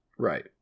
Right